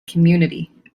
community